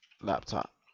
laptop